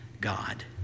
God